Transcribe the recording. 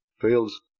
fields